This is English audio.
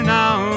now